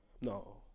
No